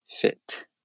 fit